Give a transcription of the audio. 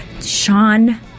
Sean